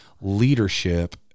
leadership